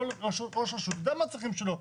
כל ראש רשות יודע מה הצרכים שלו,